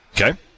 Okay